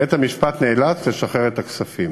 בית-המשפט נאלץ לשחרר את הכספים.